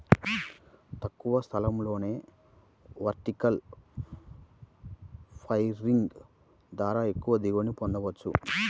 తక్కువ స్థలంలోనే vertical farming ద్వారా ఎక్కువ దిగుబడిని పొందవచ్చు